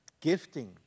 gifting